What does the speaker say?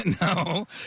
No